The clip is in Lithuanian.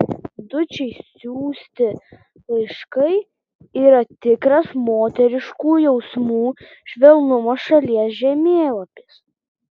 dučei siųsti laiškai yra tikras moteriškų jausmų švelnumo šalies žemėlapis